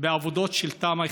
בעבודות של תמ"א,